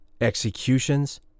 executions